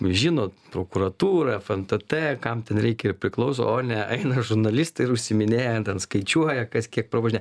žino prokuratūra fntt kam ten reikia ir priklauso o ne eina žurnalistai ir užsiiminėja ten skaičiuoja kas kiek pravažinėjo